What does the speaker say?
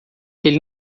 ele